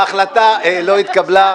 ההצעה לא התקבלה.